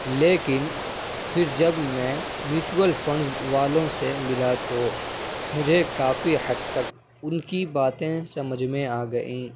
لیکن پھر جب میں میچول فنڈز والوں سے ملا تو مجھے کافی حد تک ان کی باتیں سمجھ میں آ گئیں